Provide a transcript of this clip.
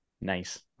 Nice